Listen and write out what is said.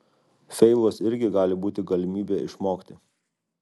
feilas irgi gali būti galimybė išmokti